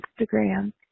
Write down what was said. Instagram